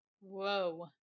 Whoa